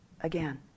again